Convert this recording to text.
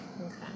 Okay